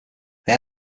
they